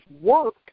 work